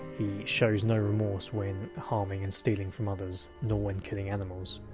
he shows no remorse when harming and stealing from others, nor when killing animals.